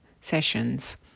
sessions